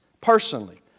personally